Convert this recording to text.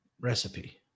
recipe